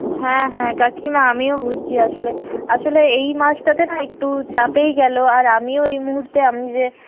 হ্যাঁ হ্যাঁ কাকিমা আমিও বুঝছি আসলে আসলে এই মাসটাতে না একটু চাপেই গেল আর আমিও এই মুহূর্তে আমি যে